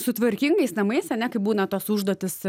su tvarkingais namais ane kai būna tas užduotys